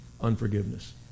unforgiveness